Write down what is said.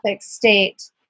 state